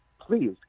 please